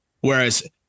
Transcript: Whereas